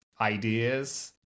ideas